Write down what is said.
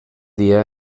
dia